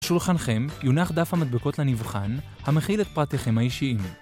בשולחנכם יונח דף המדבקות לנבחן, המכיל את פרטיכם האישיים.